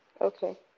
okay